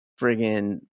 friggin